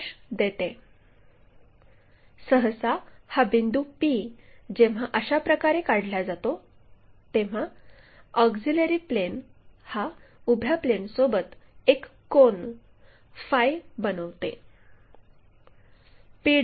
सहसा हा बिंदू p जेव्हा अशा प्रकारे काढला जातो तेव्हा ऑक्झिलिअरी प्लेन हा उभ्या प्लेनसोबत एक कोन फाय ф बनवते